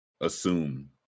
assume